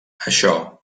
això